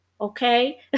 Okay